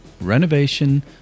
renovation